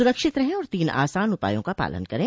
सुरक्षित रहें और तीन आसान उपायों का पालन करें